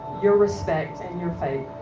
your respect, and your faith.